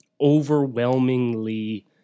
overwhelmingly